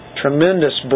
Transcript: tremendous